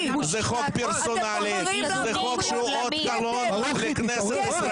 אנחנו שומרים על הדמוקרטיה.